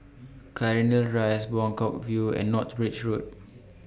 Cairnhill Rise Buangkok View and North Bridge Road